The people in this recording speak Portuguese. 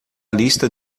lista